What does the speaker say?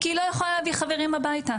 כי היא לא יכולה להביא חברים הביתה,